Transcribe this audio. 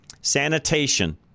Sanitation